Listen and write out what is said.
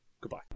goodbye